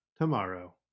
tomorrow